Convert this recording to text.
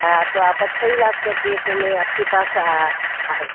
हाँ तो आप अच्छा इलाज करती हैं तो में आपके पास आ गई